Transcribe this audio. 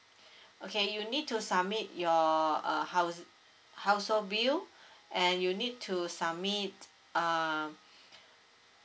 okay you need to submit your uh housing household bill and you need to submit uh